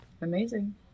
Amazing